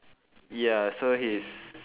ya so he's